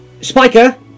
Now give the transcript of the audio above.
Spiker